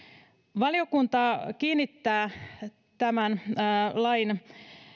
valiokunta kiinnittää tämän lain